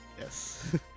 Yes